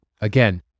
Again